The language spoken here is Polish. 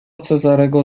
cezarego